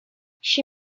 she